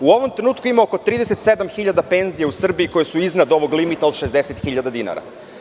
U ovom trenutku ima oko 37.000 penzija u Srbiji koje su iznad ovog limita iznad 60.000 dinara.